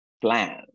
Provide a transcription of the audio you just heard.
plan